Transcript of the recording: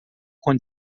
com